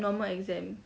normal exam